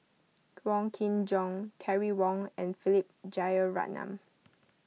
Wong Kin Jong Terry Wong and Philip Jeyaretnam